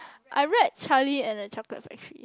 I read Charlie-and-the-chocolate-factory